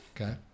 Okay